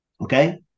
Okay